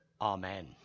Amen